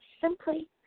simply